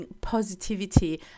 positivity